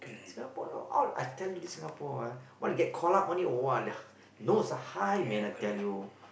Singaporean all I tell you this Singapore ah want to get call up only !wah! nose are high man I tell you